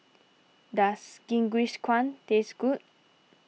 does Jingisukan taste good